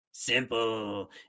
Simple